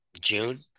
June